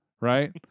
right